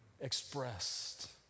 expressed